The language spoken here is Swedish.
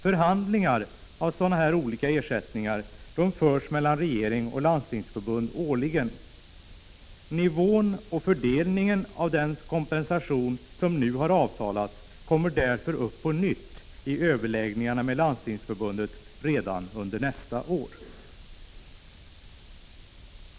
Förhandlingar om sådana här ersättningar förs årligen mellan regering och Landstingsförbund. Frågan om nivån på och fördelningen av den kompensation som nu har avtalats kommer därför upp på nytt i överläggningarna med Landstingsförbundet redan under nästa år.